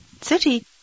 city